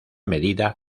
medida